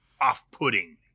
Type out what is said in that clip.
off-putting